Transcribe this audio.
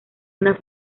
una